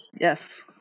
Yes